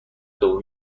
دوم